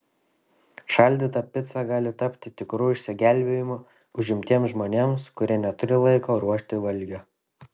šaldyta pica gali tapti tikru išsigelbėjimu užimtiems žmonėms kurie neturi laiko ruošti valgio